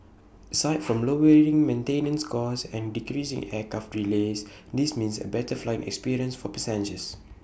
aside from lowering maintenance costs and decreasing aircraft delays this means A better flying experience for passengers